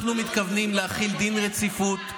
אנחנו מתכוונים להחיל דין רציפות.